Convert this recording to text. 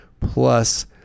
plus